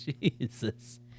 jesus